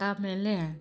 ಆಮೇಲೆ